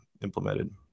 implemented